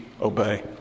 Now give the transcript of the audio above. obey